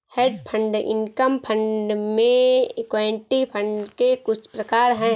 hedge fund income fund ये equity fund के कुछ प्रकार हैं